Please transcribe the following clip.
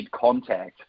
contact